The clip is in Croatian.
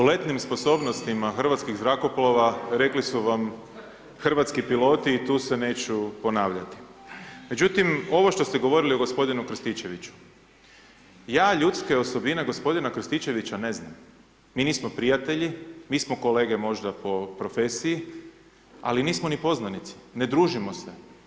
O letnim sposobnostima hrvatskih zrakoplova rekli su vam hrvatski piloti i tu se neću ponavljati, međutim ovo što ste govorili o gospodinu Krstičeviću, ja ljudske osobine gospodina Krstičevića ne znam, mi nismo prijatelji, mi smo kolege možda po profesiji, ali nismo ni poznanici, ne družimo se.